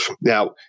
Now